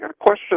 question